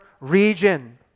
region